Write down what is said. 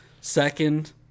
Second